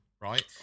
right